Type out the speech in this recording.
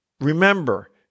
Remember